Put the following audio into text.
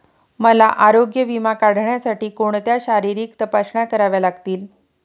मला आरोग्य विमा काढण्यासाठी कोणत्या शारीरिक तपासण्या कराव्या लागतील?